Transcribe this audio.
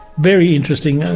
very interesting, and